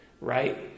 Right